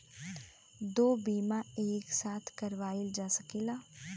दो बीमा एक साथ करवाईल जा सकेला?